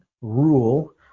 rule